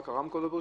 רק הרמקול לא?